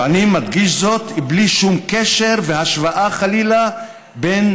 ואני מדגיש זאת בלי שום קשר והשוואה חלילה בין